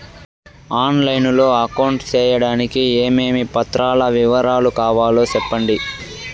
On line లో account సేయడానికి ఏమేమి పత్రాల వివరాలు కావాలో సెప్పండి?